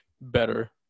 better